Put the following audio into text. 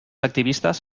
activistas